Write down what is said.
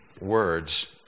words